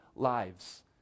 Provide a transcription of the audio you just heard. lives